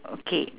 okay